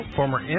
former